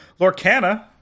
Lorcana